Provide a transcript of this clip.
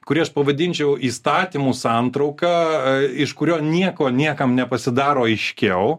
kurį aš pavadinčiau įstatymų santrauka iš kurio nieko niekam nepasidaro aiškiau